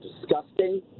disgusting